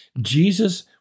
Jesus